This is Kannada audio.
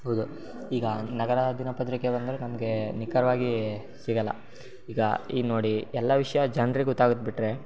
ಹೌದು ಈಗ ನಗರ ದಿನಪತ್ರಿಕೆ ಬಂದರೆ ನಮಗೆ ನಿಖರವಾಗಿ ಸಿಗಲ್ಲ ಈಗ ಈಗ ನೋಡಿ ಎಲ್ಲ ವಿಷಯ ಜನ್ರಿಗೆ ಗೊತ್ತಾಗತ್ತೆ ಬಿಟ್ಟರೆ